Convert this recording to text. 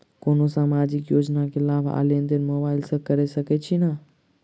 कोनो सामाजिक योजना केँ लाभ आ लेनदेन मोबाइल सँ कैर सकै छिःना?